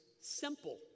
Simple